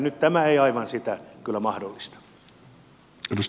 nyt tämä ei aivan sitä kyllä mahdollista